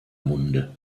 munde